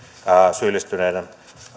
syyllistyneiden